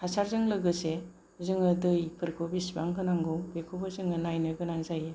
हासारजों लोगोसे जोङो दैफोरखौ बेसेबां होनांगौ बेखौबो जोङो नायनो गोनां जायो